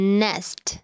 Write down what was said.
nest